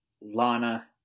Lana